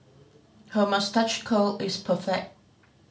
her moustache curl is perfect